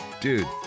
Dude